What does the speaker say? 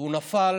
והוא נפל